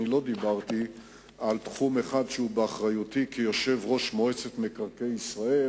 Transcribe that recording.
לא דיברתי על תחום אחד שבאחריותי כיושב-ראש מועצת מקרקעי ישראל,